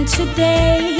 today